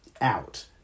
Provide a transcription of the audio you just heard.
out